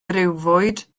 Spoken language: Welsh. briwfwyd